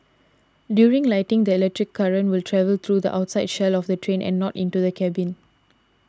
during lightning the electric current will travel through the outside shell of the train and not into the cabin